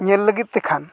ᱧᱮᱞ ᱞᱟᱹᱜᱤᱫᱛᱮ ᱠᱷᱟᱱ